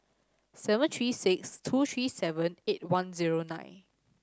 seven three six two three seven eight one zero nine